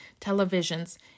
televisions